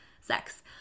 sex